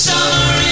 Summer